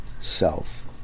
self